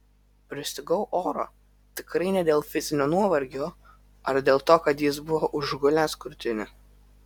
pristigau oro tikrai ne dėl fizinio nuovargio ar dėl to kad jis buvo užgulęs krūtinę